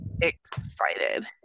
excited